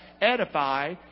edify